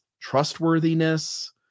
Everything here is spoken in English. trustworthiness